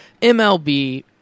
mlb